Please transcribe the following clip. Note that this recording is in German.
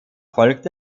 folgte